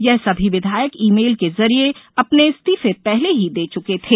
ये सभी विधायक ईमेल के जरिये अपने इस्तीफे पहले ही दे चुके थे